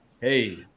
Hey